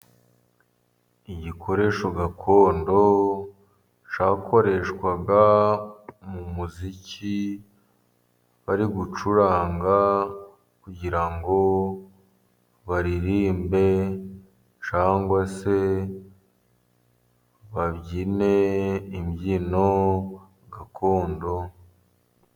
Igikoresho gakondo cyakoreshwaga mu muziki bari gucuranga, kugira ngo baririmbe cyangwa se babyine imbyino gakondo.